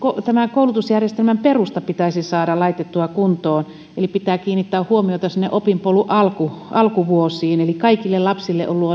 koulutusjärjestelmän perusta pitäisi saada laitettua kuntoon eli pitää kiinnittää huomiota sinne opinpolun alkuvuosiin kaikille lapsille on